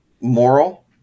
moral